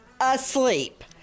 asleep